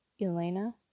Elena